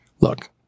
Look